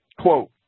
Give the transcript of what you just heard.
Quote